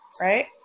right